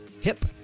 Hip